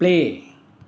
play